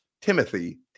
Timothy